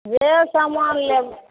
जे समान लेब